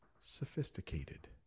sophisticated